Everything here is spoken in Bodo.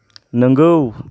नंगौ